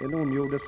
Utskottets ordförande ondgjorde